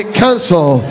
cancel